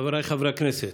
חבריי חברי הכנסת,